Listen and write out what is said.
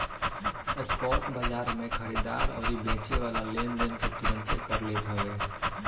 spot बाजार में खरीददार अउरी बेचेवाला लेनदेन के तुरंते कर लेत हवे